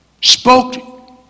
spoke